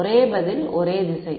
ஒரு பதில் ஒரே திசை